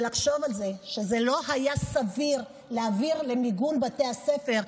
לחשוב על זה שזה לא היה סביר להעביר כסף למיגון בתי הספר,